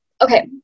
Okay